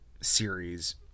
series